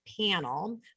panel